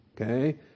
okay